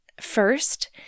First